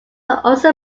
also